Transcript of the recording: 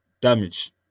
damage